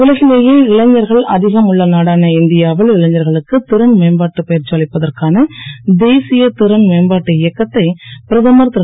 உலகிலேயே இளைஞர்கள் அதிகம் உள்ள நாடான இந்தியாவில் இளைஞர்களுக்கு திறன்மேம்பாட்டு பயிற்சி அளிப்பதற்கான தேசிய திறன் மேம்பாட்டு இயக்கத்தை பிரதமர் திரு